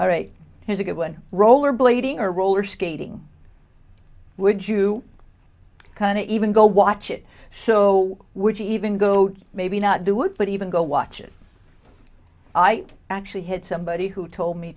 all right here's a good one roller blading or roller skating would you can even go watch it so would you even go to maybe not do it but even go watch it i actually had somebody who told me